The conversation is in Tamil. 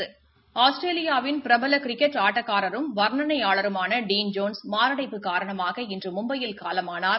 ஆஸ்திரேலியா வின் பிரபல கிிக்கெட் ஆட்டக்காரரும் வாணனையாளருமான டன் ஜோன்ஸ் மாரடைப்பு காரணமாக இன்று மும்பையில் காலமானார்